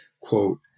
quote